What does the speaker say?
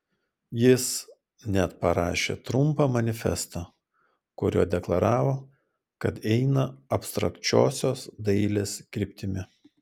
jis net parašė trumpą manifestą kuriuo deklaravo kad eina abstrakčiosios dailės kryptimi